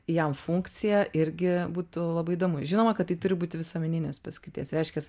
jam funkciją irgi būtų labai įdomu žinoma kad tai turi būti visuomeninės paskirties reiškias